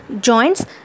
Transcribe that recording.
joints